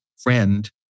friend